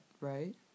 right